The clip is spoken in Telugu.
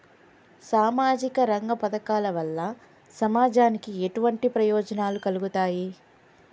సామాజిక రంగ పథకాల వల్ల సమాజానికి ఎటువంటి ప్రయోజనాలు కలుగుతాయి?